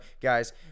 guys